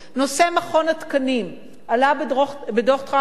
נושא מכון התקנים עלה בדוח-טרכטנברג.